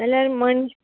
जाल्यार मन